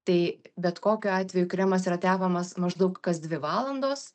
tai bet kokiu atveju kremas yra tepamas maždaug kas dvi valandos